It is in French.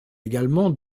également